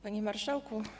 Panie Marszałku!